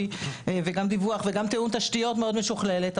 וגם דיווח וגם תיעוד תשתיות מאוד משוכללת.